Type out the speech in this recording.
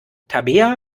tabea